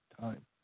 time